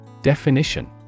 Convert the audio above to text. Definition